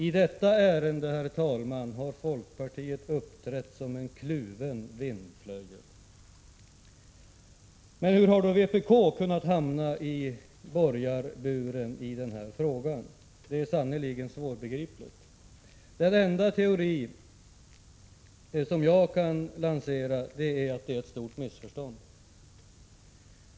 I detta ärende, herr talman, har folkpartiet uppträtt som en kluven vindflöjel! Hur har då vpk kunnat hamna i borgarburen i denna fråga? Det är sannerligen svårbegripligt. Den enda teori jag kan lansera är att det är ett stort missförstånd.